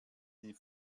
die